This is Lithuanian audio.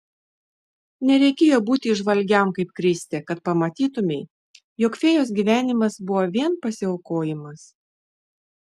nereikėjo būti įžvalgiam kaip kristė kad pamatytumei jog fėjos gyvenimas buvo vien pasiaukojimas